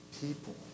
people